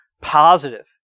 positive